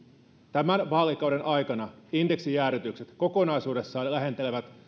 tämän vaalikauden aikana indeksijäädytykset kokonaisuudessaan lähentelevät